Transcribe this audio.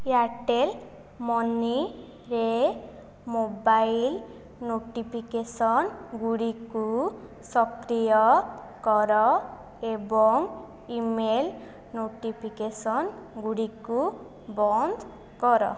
Airtel ମନିରେ mobile notification ଗୁଡ଼ିକୁ ସକ୍ରିୟ କର ଏବଂ ଇମେଲ୍ ନୋଟିଫିକେସନ୍ ଗୁଡ଼ିକୁ ବନ୍ଦ କର